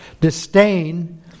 disdain